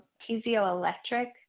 piezoelectric